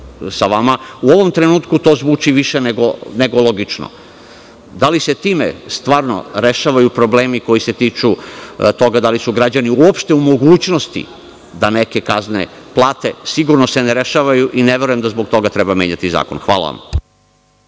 sa vama, u ovom trenutku to zvuči više nego logično. Da li se time zaista rešavaju problemi koji se tiču toga da li su građani uopšte u mogućnosti da neke kazne plate? Sigurno se ne rešavaju i ne verujem da zbog toga treba menjati zakon. Hvala vam.